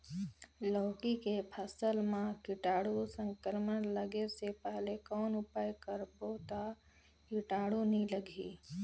लौकी के फसल मां कीटाणु संक्रमण लगे से पहले कौन उपाय करबो ता कीटाणु नी लगही?